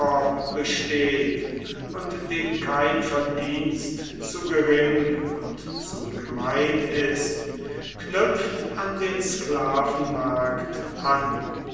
besteht und dem kein verdienst zu gering und zu gemein ist knüpft an den sklavenmarkt an